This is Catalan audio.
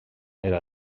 era